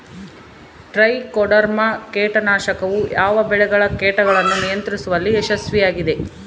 Trichoderma ಕೇಟನಾಶಕವು ಯಾವ ಬೆಳೆಗಳ ಕೇಟಗಳನ್ನು ನಿಯಂತ್ರಿಸುವಲ್ಲಿ ಯಶಸ್ವಿಯಾಗಿದೆ?